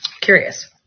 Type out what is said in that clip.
Curious